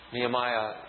Nehemiah